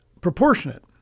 proportionate